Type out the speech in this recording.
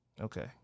Okay